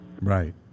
Right